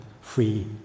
free